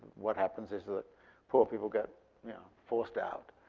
what happens is that poor people get yeah forced out.